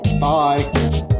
Bye